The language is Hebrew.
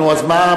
נו, אז מה?